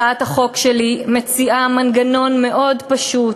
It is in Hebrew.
הצעת החוק שלי מציעה מנגנון מאוד פשוט